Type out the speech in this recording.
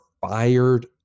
fired